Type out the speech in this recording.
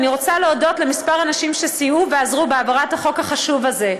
אני רוצה להודות לכמה אנשים שסייעו ועזרו בהעברת החוק החשוב הזה.